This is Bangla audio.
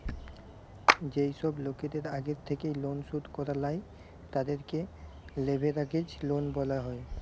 যেই সব লোকদের আগের থেকেই লোন শোধ করা লাই, তাদেরকে লেভেরাগেজ লোন বলা হয়